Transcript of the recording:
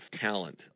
talent